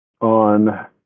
On